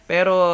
Pero